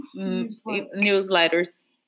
newsletters